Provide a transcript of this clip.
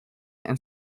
and